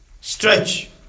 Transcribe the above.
Stretch